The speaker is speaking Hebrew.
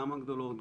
גם הגדולות,